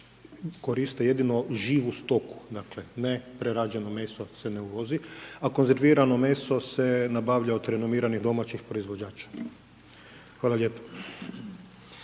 koriste jedino živu stoku, dakle ne prerađeno meso se ne uvozi, a konzervirano meso se nabavlja od renomiranih domaćih proizvođača. Hvala lijepo.